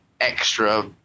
extra